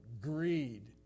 greed